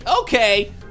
okay